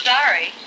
Sorry